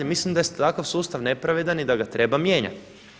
Mislim da je takav sustav nepravedan i da ga treba mijenjati.